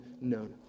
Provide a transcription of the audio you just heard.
known